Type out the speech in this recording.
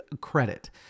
credit